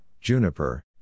Juniper